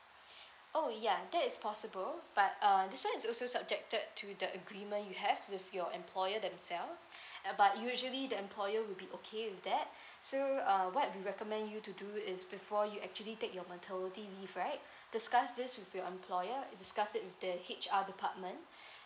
oh ya that is possible but uh this one is also subjected to the agreement you have with your employer themselves uh but usually the employer will be okay with that so uh what we recommend you to do is before you actually take your maternity leave right discuss this with your employer discuss it with the H_R department